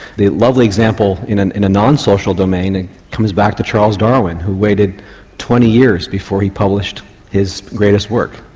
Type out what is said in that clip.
the lovely example in and in a non-social domain comes back to charles darwin who waited twenty years before he published his greatest work.